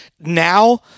now